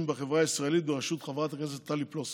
בחברה הישראלית בראשות חברת הכנסת טלי פלוסקוב,